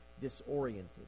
disoriented